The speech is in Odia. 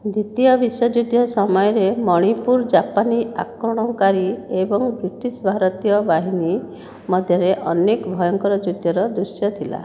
ଦ୍ୱିତୀୟ ବିଶ୍ୱଯୁଦ୍ଧ ସମୟରେ ମଣିପୁର ଜାପାନୀ ଆକ୍ରମଣକାରୀ ଏବଂ ବ୍ରିଟିଶ ଭାରତୀୟ ବାହିନୀ ମଧ୍ୟରେ ଅନେକ ଭୟଙ୍କର ଯୁଦ୍ଧର ଦୃଶ୍ୟ ଥିଲା